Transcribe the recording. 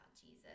Jesus